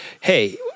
hey